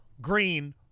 green